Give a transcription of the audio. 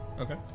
Okay